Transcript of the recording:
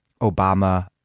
Obama